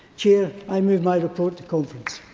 chair, i move my report to conference.